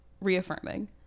reaffirming